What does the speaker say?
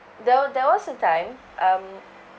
there were there was a time um